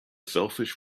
selfish